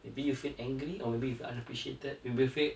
maybe you feel angry or maybe you feel unappreciated maybe you feel